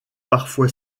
parfois